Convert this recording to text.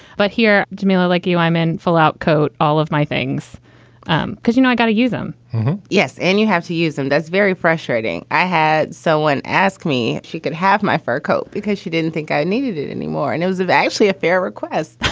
but here, jamelia, like you, i'm in full out coat, all of my things um because, you know, i got to use them yes. and you have to use them. that's very frustrating. i had someone ask me. she could have my fur coat because she didn't think i needed it anymore. and it was actually a fair request.